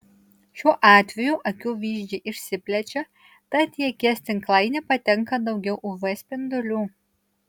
šiuo atveju akių vyzdžiai išsiplečia tad į akies tinklainę patenka daugiau uv spindulių